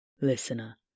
listener